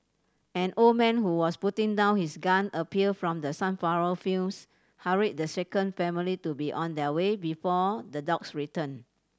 an old man who was putting down his gun appeared from the sunflower fields hurried the shaken family to be on their way before the dogs return